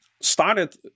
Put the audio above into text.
started